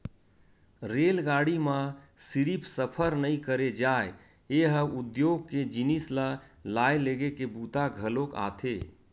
रेलगाड़ी म सिरिफ सफर नइ करे जाए ए ह उद्योग के जिनिस ल लाए लेगे के बूता घलोक आथे